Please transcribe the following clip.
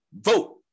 vote